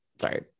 sorry